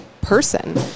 person